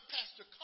Pastor